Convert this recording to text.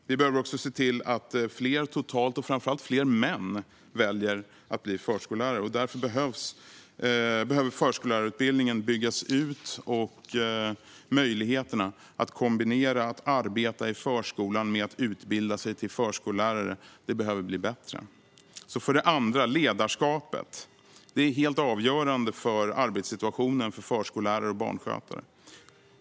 Vi behöver också se till att fler totalt, framför allt fler män, väljer att bli förskollärare. Därför behöver förskollärarutbildningen byggas ut, och möjligheterna att kombinera arbete i förskolan med utbildning till förskollärare behöver bli bättre. För det andra är ledarskapet helt avgörande för arbetssituationen för förskollärare och barnskötare.